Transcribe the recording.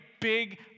big